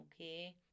okay